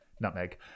nutmeg